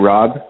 Rob